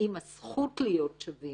עם הזכות להיות שווים